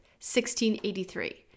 1683